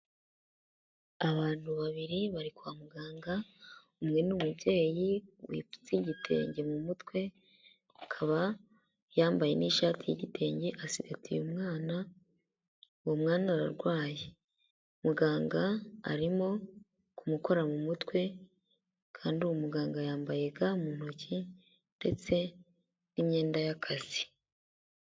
Abantu babiri bari kwa muganga, umwe ni umubyeyi wipfutse igitenge mu mutwe akaba yambaye n'ishati y'igitenge, asigatiye umwana, uwo mwana ararwaye, muganga arimo kumukora mu mutwe kandi uwo muganga yambaye ga mu ntoki ndetse n'imyenda y'akazi.